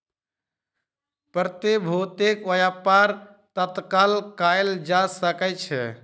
प्रतिभूतिक व्यापार तत्काल कएल जा सकै छै